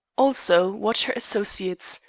also watch her associates,